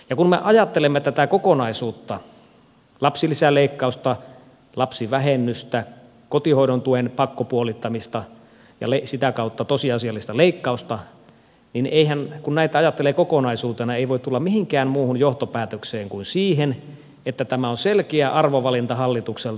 kun me ajattelemme tätä kokonaisuutta lapsilisäleikkausta lapsivähennystä kotihoidon tuen pakkopuolittamista ja sitä kautta tosiasiallista leikkausta niin eihän komeita ja peli kokonaisuutena ei voi tulla mihinkään muuhun johtopäätökseen kuin siihen että tämä on selkeä arvovalinta hallitukselta